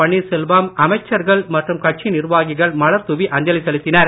பன்னீர்செல்வம் அமைச்சர்கள் மற்றும் கட்சி நிர்வாகிகள் மலர் தூவி அஞ்சலி செலுத்தினர்